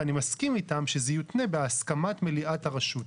ואני מסכים איתם שזה יותנה בהסכמת מליאת הרשות.